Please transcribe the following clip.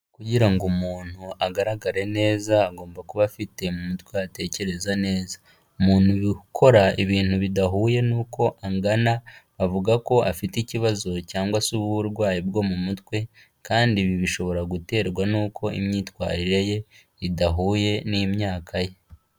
Kugira ngo umuntu agaragare neza, agomba kuba afite mu mutwe hatekereza neza, umuntu ukora ibintu bidahuye n'uko angana bavuga ko afite ikibazo cyangwa se uburwayi bwo mu mutwe kandi ibi bishobora guterwa n'uko imyitwarire ye idahuye n'imyaka ye.